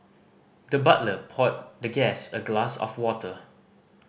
the butler poured the guest a glass of water